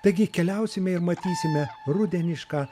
taigi keliausime ir matysime rudenišką